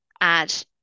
add